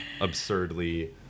absurdly